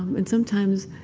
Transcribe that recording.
and sometimes,